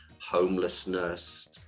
homelessness